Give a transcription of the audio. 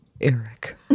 Eric